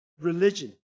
religion